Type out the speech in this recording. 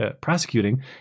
prosecuting